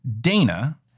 Dana